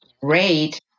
great